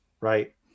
Right